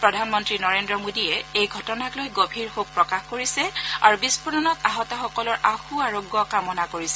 প্ৰধানমন্ত্ৰী নৰেন্দ্ৰ মোদীয়ে এই ৰ্ঘটনাক লৈ গভীৰ শোক প্ৰকাশ কৰিছে আৰু বিস্ফোৰণত আহতসকলৰ আশুআৰোগ্য কামনা কৰিছে